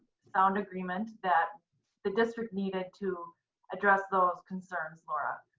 sound agreement that the district needed to address those concerns, laura,